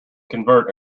convert